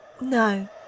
No